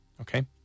Okay